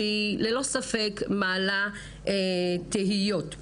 שללא ספק מעלה תהיות.